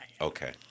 Okay